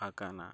ᱟᱠᱟᱱᱟ